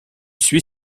suit